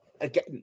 again